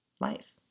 life